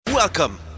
Welcome